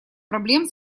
проблем